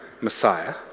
Messiah